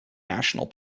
national